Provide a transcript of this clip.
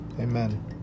amen